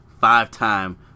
five-time